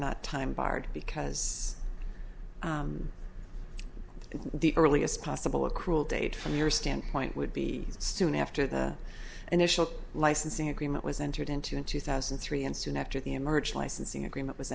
not time barred because if the earliest possible accrual date from your standpoint would be soon after the initial licensing agreement was entered into in two thousand and three and soon after the emerge licensing agreement was